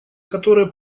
которые